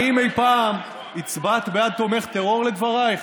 האם אי פעם הצבעת בעד תומך טרור, לדברייך?